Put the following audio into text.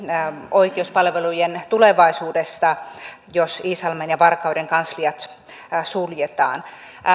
oikeuspalvelujen tulevaisuudesta jos iisalmen ja varkauden kansliat suljetaan